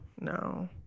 no